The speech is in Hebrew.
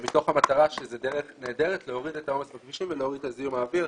משום שזו דרך נהדרת להוריד את העומס בכבישים ולהוריד את זיהום האוויר.